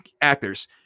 actors